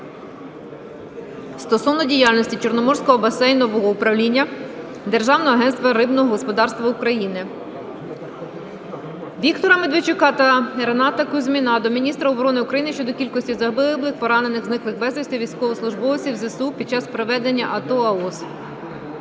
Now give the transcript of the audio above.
стосовно діяльності Чорноморського басейнового управління Державного агентства рибного господарства України. Віктора Медведчука та Рената Кузьміна до міністра оборони України щодо кількості загиблих, поранених, зниклих безвісти військовослужбовців ЗСУ під час проведення АТО/ООС.